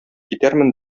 китәрмен